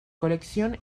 colección